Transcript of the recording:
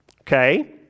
okay